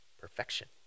perfection